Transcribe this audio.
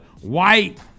white